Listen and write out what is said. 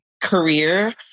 career